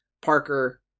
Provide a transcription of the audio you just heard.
Parker